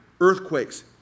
earthquakes